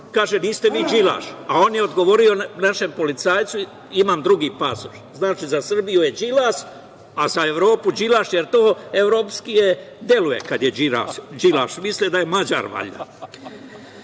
kaže "Niste vi Đilaš", a on je odgovorio našem policajcu "Imam drugi pasoš". Znači, za Srbiju je Đilas, a za Evropu "Đilaš", jer to evropskije deluje kad je "Đilaš", misle da je Mađar valjda.